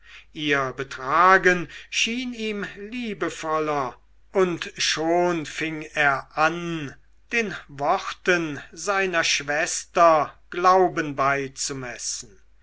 ihr betragen schien ihm liebevoller und schon fing er an den worten seiner schwester glauben beizumessen